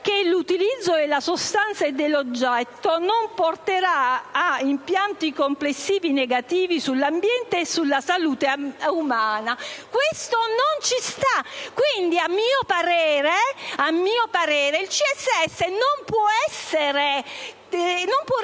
che «l'utilizzo della sostanza o dell'oggetto non porterà a impatti complessivi negativi sull'ambiente o sulla salute umana». Questo non ci sta. Quindi, a mio parere, il CSS non può rientrare